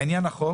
לעניין החוק: